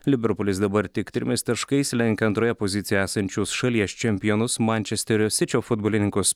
liverpulis dabar tik trimis taškais lenkia antroje pozicijoje esančius šalies čempionus mančesterio sičio futbolininkus